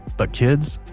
but kids,